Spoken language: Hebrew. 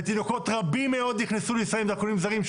ותינוקות רבים מאוד נכנסו לישראל עם דרכונים זרים.